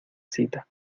cita